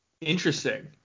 Interesting